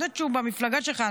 אני יודעת שהוא במפלגה שלך,